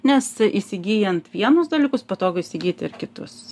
nes įsigyjant vienus dalykus patogu įsigyti ir kitus